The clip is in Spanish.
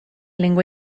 lengua